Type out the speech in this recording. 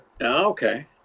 okay